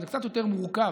זה קצת יותר מורכב.